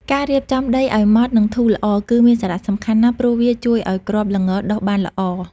ការរៀបចំដីឲ្យម៉ត់និងធូរល្អ គឺមានសារៈសំខាន់ណាស់ ព្រោះវាជួយឲ្យគ្រាប់ល្ងដុះបានល្អ។